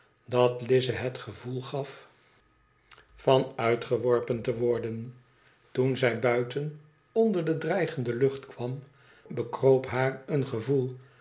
dat lize het gevoel gaf uit geworpen te worden toen zij buiten onder de dreigende lucht kwam bekroop baar een gevoel